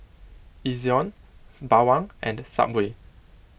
Ezion Bawang and Subway